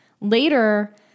Later